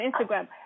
Instagram